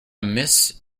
miss